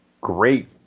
great